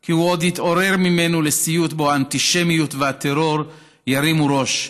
כי הוא עוד יתעורר ממנו לסיוט שבו האנטישמיות והטרור ירימו ראש,